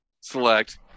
select